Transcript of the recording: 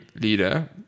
leader